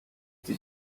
they